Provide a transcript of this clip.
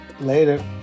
Later